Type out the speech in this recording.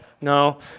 no